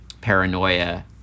paranoia